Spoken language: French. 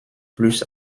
plus